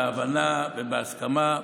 בהבנה ובהסכמה,